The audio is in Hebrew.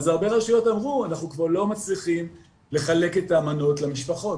אז הרבה רשויות אמרו שהן כבר לא מצליחות לחלק את המנות למשפחות.